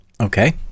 Okay